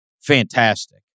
fantastic